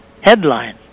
headline